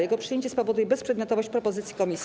Jego przyjęcie spowoduje bezprzedmiotowość propozycji komisji.